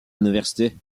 l’université